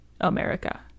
america